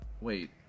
wait